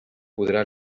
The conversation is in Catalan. podrà